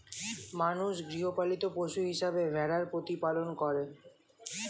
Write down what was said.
মানুষ গৃহপালিত পশু হিসেবে ভেড়ার প্রতিপালন করে